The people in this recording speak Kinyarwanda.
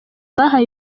bahawe